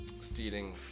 stealing